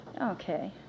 Okay